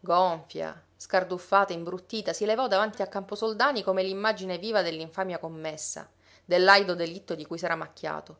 gonfia scarduffata imbruttita si levò davanti a camposoldani come l'immagine viva dell'infamia commessa del laido delitto di cui s'era macchiato